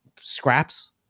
scraps